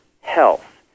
health